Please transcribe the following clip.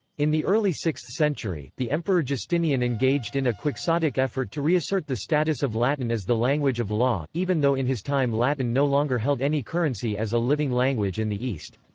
in the early sixth century, the emperor justinian engaged in a quixotic effort to reassert the status of latin as the language of law, even though in his time latin no longer held any currency as a living language in the east.